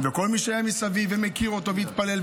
וכל מי שהיה מסביב ומכיר אותו והתפלל,